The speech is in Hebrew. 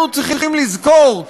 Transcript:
אנחנו צריכים לזכור,